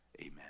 Amen